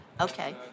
Okay